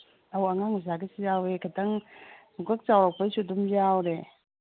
ꯑꯧ ꯑꯉꯥꯡ ꯃꯆꯥꯒꯤꯁꯨ ꯌꯥꯎꯋꯦ ꯈꯤꯇꯪ ꯄꯨꯡꯀꯛ ꯆꯥꯎꯔꯛꯄꯩꯁꯨ ꯑꯗꯨꯝ ꯌꯥꯎꯔꯦ